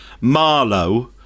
Marlow